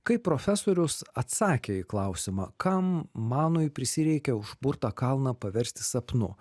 kaip profesorius atsakė į klausimą kam manui prisireikė užburtą kalną paversti sapnu